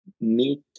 meet